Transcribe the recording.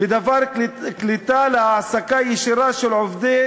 בדבר קליטה להעסקה ישירה של עובדי